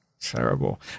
terrible